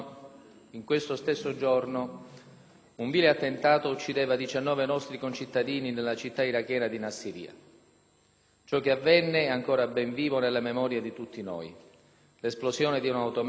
Ciò che avvenne è ancora ben vivo nella memoria di tutti noi. L'esplosione di un automezzo guidato da attentatori suicidi investì la base "Maestrale", occupata dai nostri carabinieri dell'Unità specializzata multinazionale,